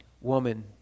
Woman